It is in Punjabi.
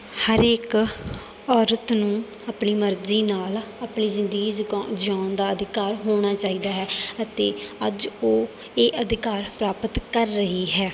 ਹਰੇਕ ਔਰਤ ਨੂੰ ਆਪਣੀ ਮਰਜ਼ੀ ਨਾਲ ਆਪਣੀ ਜ਼ਿੰਦਗੀ ਜਕਾ ਜਿਉਣ ਦਾ ਅਧਿਕਾਰ ਹੋਣਾ ਚਾਹੀਦਾ ਹੈ ਅਤੇ ਅੱਜ ਉਹ ਇਹ ਅਧਿਕਾਰ ਪ੍ਰਾਪਤ ਕਰ ਰਹੀ ਹੈ